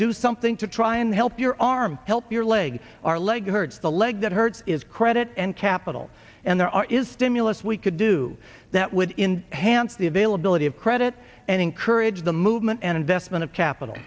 do something to try and help your arm help your leg or leg hurts the leg that hurts is credit and capital and there are is stimulus we could do that would in hants the availability of credit and encourage the movement and investment of capital